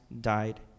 died